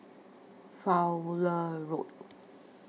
Fowlie Road